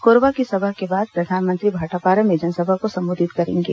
कोरबा की सभा के बाद प्रधानमंत्री भाटापारा में जनसभा को संबोधित करेंगे